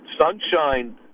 sunshine